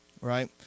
right